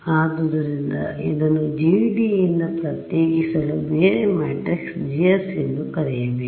ಆದ್ದರಿಂದ ಇದನ್ನು GD ಯಿಂದ ಪ್ರತ್ಯೇಕಿಸಲು ಬೇರೆ ಮ್ಯಾಟ್ರಿಕ್ಸ್ GSಎಂದು ಕರೆಯಬೇಕು